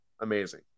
Amazing